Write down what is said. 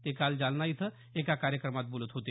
ते काल जालना इथं एका कार्यक्रमात बोलत होते